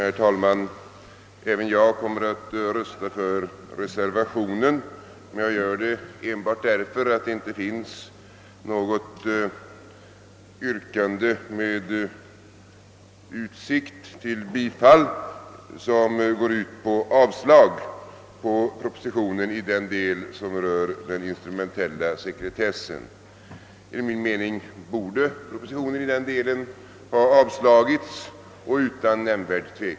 Herr talman! Även jag kommer att rösta för reservationen, men jag gör det enbart därför att det inte finns något yrkande med utsikt till bifall som går ut på avslag på propositionen i den del som rör den instrumentella sekretessen. Enligt min mening borde propositionen i den delen ha avslagits utan nämnvärd tvekan.